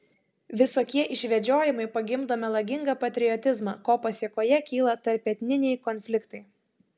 visokie išvedžiojimai pagimdo melagingą patriotizmą ko pasėkoje kyla tarpetniniai konfliktai